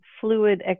fluid